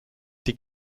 die